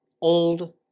Old